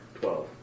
Twelve